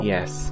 Yes